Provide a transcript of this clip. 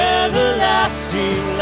everlasting